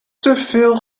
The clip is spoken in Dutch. teveel